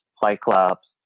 Cyclops